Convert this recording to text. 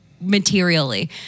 Materially